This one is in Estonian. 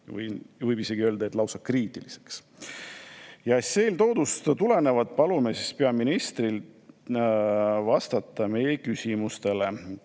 võib isegi öelda, et lausa kriitiliseks. Eeltoodust tulenevalt palume peaministril vastata meie küsimustele.